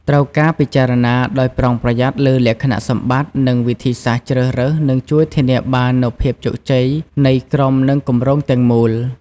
ត្រូវការពិចារណាដោយប្រុងប្រយ័ត្នលើលក្ខណៈសម្បត្តិ និងវិធីសាស្រ្តជ្រើសរើសនឹងជួយធានាបាននូវភាពជោគជ័យនៃក្រុម និងគម្រោងទាំងមូល។